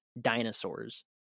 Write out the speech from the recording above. dinosaurs